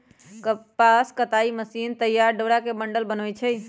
कपास कताई मशीन तइयार डोरा के बंडल बनबै छइ